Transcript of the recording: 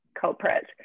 culprit